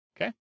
Okay